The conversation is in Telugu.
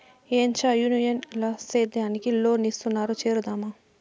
ఏంచా యూనియన్ ల సేద్యానికి లోన్ ఇస్తున్నారు చేరుదామా